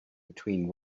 between